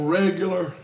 regular